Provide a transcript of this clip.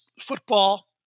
football